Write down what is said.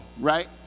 right